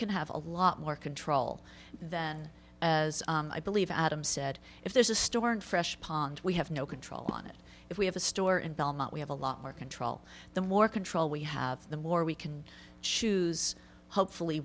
can have a lot more control than as i believe adam said if there's a store and fresh pond we have no control on it if we have a store in belmont we have a lot more control the more control we have the more we can choose hopefully